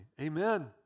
Amen